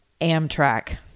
Amtrak